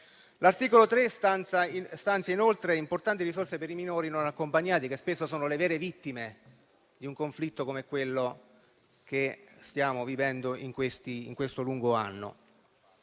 L'articolo 3 stanzia, inoltre, importanti risorse per i minori non accompagnati, che spesso sono le vere vittime in un conflitto come quello che stiamo vivendo in questo lungo anno.